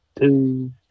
two